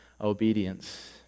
obedience